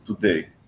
today